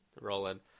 rolling